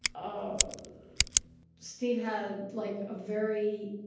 ah steve had, like, a very,